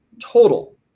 total